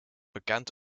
bekent